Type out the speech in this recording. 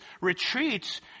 retreats